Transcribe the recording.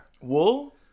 Wool